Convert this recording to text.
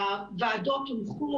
הוועדות הונחו,